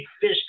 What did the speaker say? fish